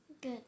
Good